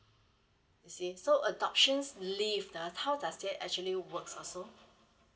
you see so adoptions leave ah how does it actually works also